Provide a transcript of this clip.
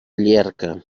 llierca